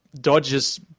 dodges